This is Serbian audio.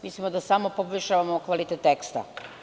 Mislimo da ovim samo poboljšavamo kvalitet teksta.